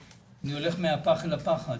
אני הולך מהפח אל הפחת.